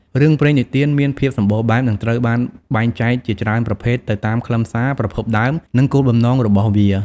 រឿងព្រេងនិទានមានភាពសម្បូរបែប និងត្រូវបានបែងចែកជាច្រើនប្រភេទទៅតាមខ្លឹមសារ ប្រភពដើម និងគោលបំណងរបស់វា ។